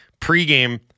pregame